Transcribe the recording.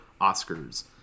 oscars